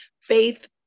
faith